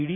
D